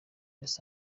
los